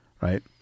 right